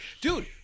Dude